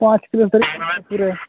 ᱯᱟᱸᱪ kilometre ᱟᱛᱳ ᱨᱮ